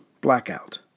blackout